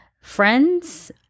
friends